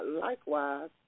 likewise